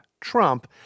Trump